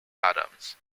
adams